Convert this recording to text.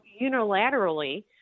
unilaterally